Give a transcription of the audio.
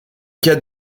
cas